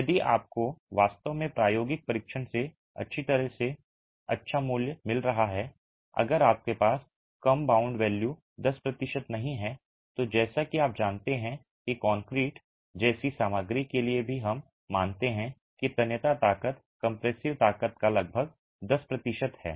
यदि आपको वास्तव में प्रायोगिक परीक्षण से अच्छी तरह से और अच्छा मूल्य मिल रहा है अगर आपके पास कम बाउंड वैल्यू 10 प्रतिशत नहीं है तो जैसा कि आप जानते हैं कि कंक्रीट जैसी सामग्री के लिए भी हम मानते हैं कि तन्यता ताकत कंप्रेसिव ताकत का लगभग 10 प्रतिशत है